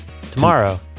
Tomorrow